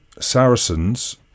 Saracens